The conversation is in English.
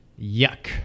yuck